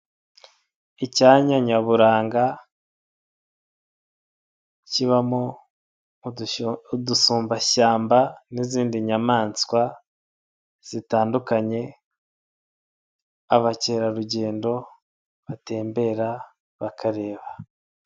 Icyanya nyaburanga kibamo udusumbashyamba n'izindi nyamaswa zitandukanye abakerarugendo batembera bakareba.